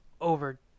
over